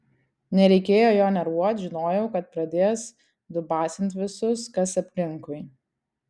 nereikėjo jo nervuot žinojau kad pradės dubasint visus kas aplinkui